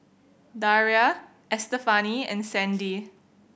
Daria Estefani and Sandy